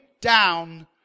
down